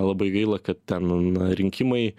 labai gaila kad ten rinkimai